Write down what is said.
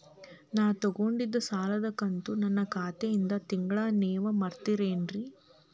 ನಾ ತೊಗೊಂಡಿದ್ದ ಸಾಲದ ಕಂತು ನನ್ನ ಖಾತೆಯಿಂದ ತಿಂಗಳಾ ನೇವ್ ಮುರೇತೇರೇನ್ರೇ?